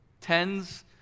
tens